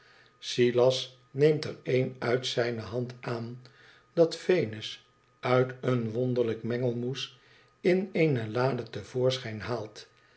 silas neemt er een uit zijne hand aan dat venus uit een wonderlijk mengelmoes b eene lade te voorschijn haalt